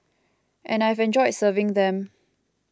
and I've enjoyed serving them